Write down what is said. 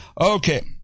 Okay